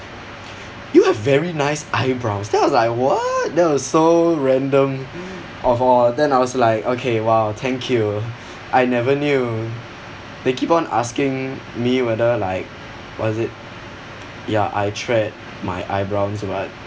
you have very nice eyebrows then I was like what that was so random of all then I was like okay !wow! thank you I never knew they keep on asking me whether like was it ya I thread my eyebrows but